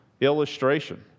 illustration